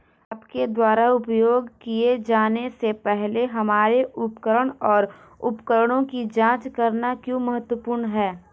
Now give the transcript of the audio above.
आपके द्वारा उपयोग किए जाने से पहले हमारे उपकरण और उपकरणों की जांच करना क्यों महत्वपूर्ण है?